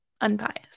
unbiased